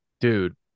dude